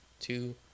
two